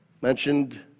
mentioned